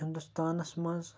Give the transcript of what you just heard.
ہِندوستانَس منٛز